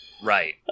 Right